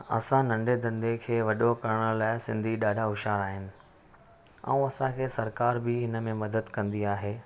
असां नंढे धंधे खे वॾो करण लाइ सिंधी ॾाढा होशयारु आहिनि ऐं असांखे सरकार बि इन में मदद कंदी आहे